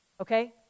okay